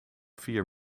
vier